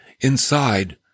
inside